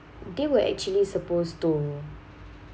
they were actually supposed to